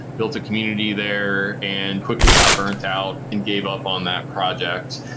built a community there and quickly got burnt out and gave up on that project.